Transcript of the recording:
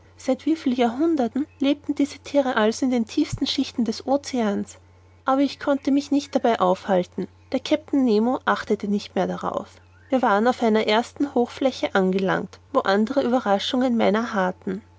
seit wieviel jahrhunderten lebten diese thiere also in den tiefsten schichten des oceans aber ich konnte mich nicht dabei aufhalten der kapitän nemo achtete nicht mehr darauf wir waren auf einer ersten hochfläche angelangt wo andere ueberraschungen meiner harrten